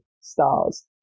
stars